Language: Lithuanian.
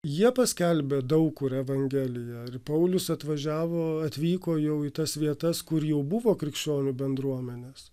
jie paskelbė daug kur evangeliją ir paulius atvažiavo atvyko jau į tas vietas kur jau buvo krikščionių bendruomenės